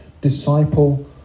Disciple